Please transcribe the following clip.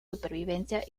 supervivencia